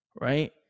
right